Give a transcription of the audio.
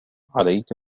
عليك